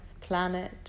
planet